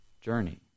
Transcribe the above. journey